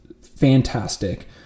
fantastic